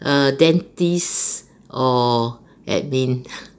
err dentist or admin